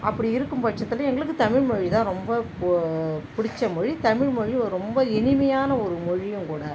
அப்படி இருக்கும் பட்சத்தில் எங்களுக்கு தமிழ் மொழிதான் ரொம்ப பிடிச்ச மொழி தமிழ் மொழி ரொம்ப இனிமையான ஒரு மொழியும் கூட